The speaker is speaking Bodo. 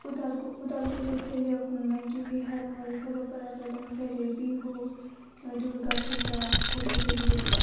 उदालगुरि जिल्लायाव खुंनाय गिबि हारिमुवारि फोरबोफोरा जादों जेरै बिहु दुरगा फुजा हलि बायदि बायदि